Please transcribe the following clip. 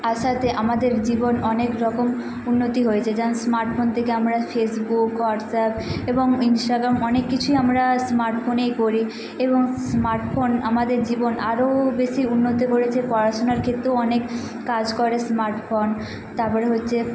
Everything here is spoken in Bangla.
আসাতে আমাদের জীবন অনেক রকম উন্নতি হয়েছে যেমন স্মার্ট ফোন থেকে আমরা ফেসবুক হোয়াটসঅ্যাপ এবং ইনস্টাগ্রাম অনেক কিছুই আমরা স্মার্ট ফোনে করি এবং স্মার্ট ফোন আমাদের জীবন আরোও বেশি উন্নতি করেছে পড়াশোনার ক্ষেত্রও অনেক কাজ করে স্মার্ট ফোন তারপরে হচ্ছে